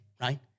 right